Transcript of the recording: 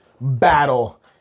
battle